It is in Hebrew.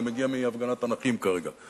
אני מגיע מהפגנת הנכים כרגע.